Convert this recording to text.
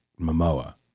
Momoa